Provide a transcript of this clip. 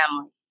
family